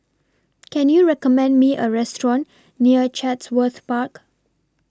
Can YOU recommend Me A Restaurant near Chatsworth Park